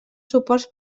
suports